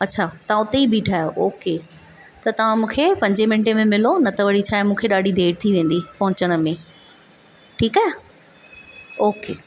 अच्छा तव्हां उते ई बीठा आहियो ओके त तव्हां मूंखे पंजें मिंटें में मिलो न त वरी छा आहे मूंखे ॾाढी देर थी वेंदी पहुचण में ठीक आहे ओके